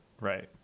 right